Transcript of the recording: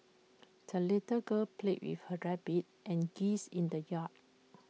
the little girl played with her rabbit and geese in the yard